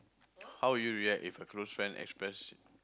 how will you react if a close friend express